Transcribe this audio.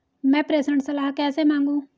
मैं प्रेषण सलाह कैसे मांगूं?